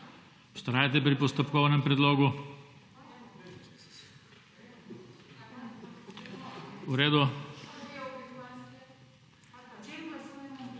Vztrajate pri postopkovnem predlogu? V redu.